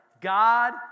God